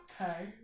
okay